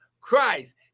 Christ